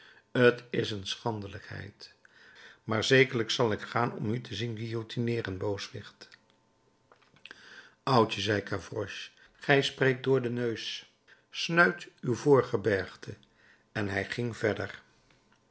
t is een schandelijkheid maar zekerlijk zal ik gaan om u te zien guillotineeren booswicht oudje zei gavroche gij spreekt door den neus snuit uw voorgebergte en hij ging verder